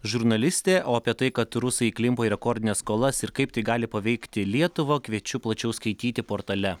žurnalistė o apie tai kad rusai įklimpo į rekordines skolas ir kaip tai gali paveikti lietuvą kviečiu plačiau skaityti portale